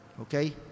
Okay